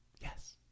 yes